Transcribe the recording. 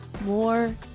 More